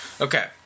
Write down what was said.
okay